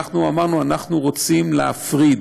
אנחנו אמרנו, אנחנו רוצים להפריד,